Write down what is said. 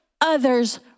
others